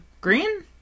Green